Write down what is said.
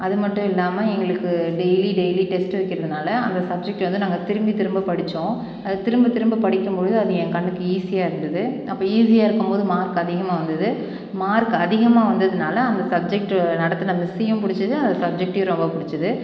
அதுமட்டும் இல்லாமல் எங்களுக்கு டெய்லி டெய்லி டெஸ்ட்டு வைக்கிறதுனால் அந்த சப்ஜெக்ட் வந்து நாங்கள் திரும்ப திரும்ப படித்தோம் அதை திரும்ப திரும்ப படிக்கும்பொழுது அது என் கண்ணுக்கு ஈஸியாக இருந்துது அப்போ ஈஸியாக இருக்கும்போது மார்க் அதிகமாக வந்தது மார்க் அதிகமாக வந்ததுனால் அந்த சப்ஜெக்ட்டு நடத்தின மிஸ்ஸையும் பிடிச்சிது அந்த சப்ஜெக்ட்டையும் ரொம்ப பிடிச்சிது